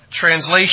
translation